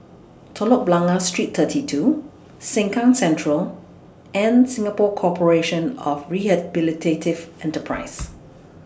Telok Blangah Street thirty two Sengkang Central and Singapore Corporation of Rehabilitative Enterprises